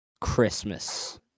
christmas